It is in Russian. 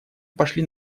пошли